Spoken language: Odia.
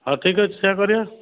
ହଉ ଠିକ୍ ଅଛି ସେୟା କରିବା